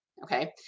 Okay